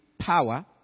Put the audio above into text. power